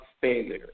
failure